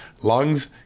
lungs